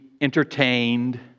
entertained